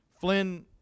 Flynn